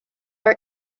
our